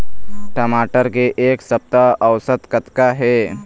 टमाटर के एक सप्ता औसत कतका हे?